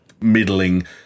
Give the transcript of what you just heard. middling